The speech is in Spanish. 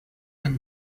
han